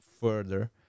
further